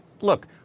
look